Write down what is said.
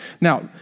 Now